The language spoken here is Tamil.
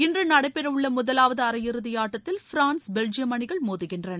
இன்று நடைபெறவுள்ள முதலாவது அரையிறுதி ஆட்டத்தில் பிரான்ஸ் பெல்ஜியம் அணிகள் மோதுகின்றன